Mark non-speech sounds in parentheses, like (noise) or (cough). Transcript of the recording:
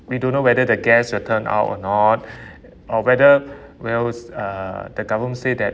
we don't know whether the guests will turn out or not (breath) or whether (breath) will s~ uh the government said that